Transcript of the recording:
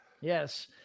Yes